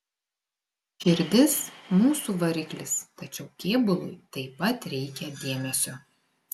širdis mūsų variklis tačiau kėbului taip pat reikia dėmesio